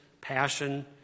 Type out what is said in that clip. passion